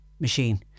machine